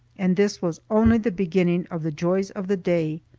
and this was only the beginning of the joys of the day!